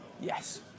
Yes